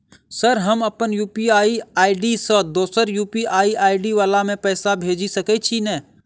Sir हम अप्पन UPI ID सँ दोसर यु.पी.आई आई.डी वला केँ पैसा भेजि सकै छी नै?